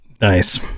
nice